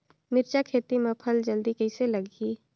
मिरचा खेती मां फल जल्दी कइसे लगही?